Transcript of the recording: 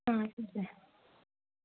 అలాగే సార్